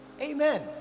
amen